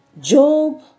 Job